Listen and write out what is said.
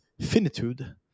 Finitude